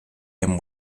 him